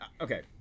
okay